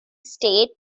state